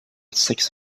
six